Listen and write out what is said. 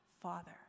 Father